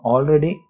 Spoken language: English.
Already